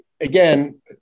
again